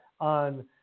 on